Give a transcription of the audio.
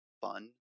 fun